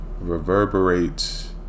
Reverberates